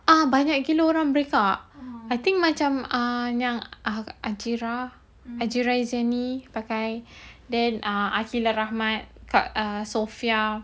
ah banyak gila orang break out I think macam err athirah ajirat macam ni pakai then ah aqilah rahmat kak uh sophia